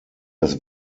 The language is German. das